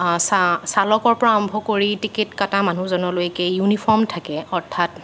চা চালকৰ পৰা আৰম্ভ কৰি টিকট কাটা মানুহজনলৈকে ইউনিফৰ্ম থাকে অৰ্থাৎ